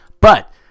But-